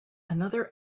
another